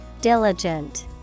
Diligent